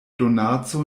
donaco